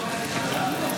סעיף 1 נתקבל.